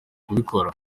kubikora